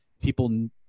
people